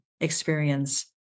experience